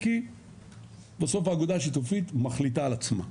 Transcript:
כי בסוף האגודה השיתופית מחליטה על עצמה.